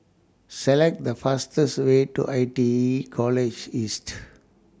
Select The fastest Way to I T E College East